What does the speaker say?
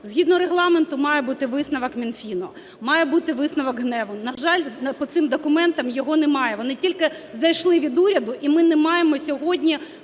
Згідно Регламенту має бути висновок Мінфіну, має бути висновок ГНЕУ. На жаль, по цим документам його немає. Вони тільки зайшли від уряду, і ми не маємо сьогодні